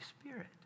Spirit